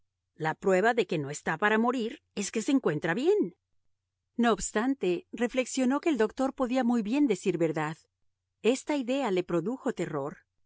la prueba de que no está para morir es que se encuentra bien no obstante reflexionó que el doctor podía muy bien decir verdad esta idea le produjo terror